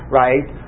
right